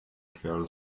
kerl